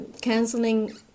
canceling